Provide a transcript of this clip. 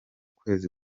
kwezi